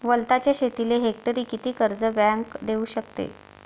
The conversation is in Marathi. वलताच्या शेतीले हेक्टरी किती कर्ज बँक देऊ शकते?